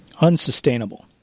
Unsustainable